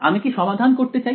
আমি কি সমাধান করতে চাই